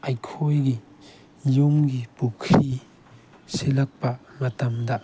ꯑꯩꯈꯣꯏꯒꯤ ꯌꯨꯝꯒꯤ ꯄꯨꯈ꯭ꯔꯤ ꯁꯤꯠꯂꯛꯄ ꯃꯇꯝꯗ